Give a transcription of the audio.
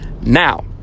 Now